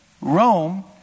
Rome